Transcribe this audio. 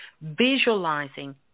visualizing